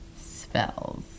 spells